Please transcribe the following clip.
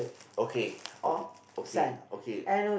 okay okay okay okay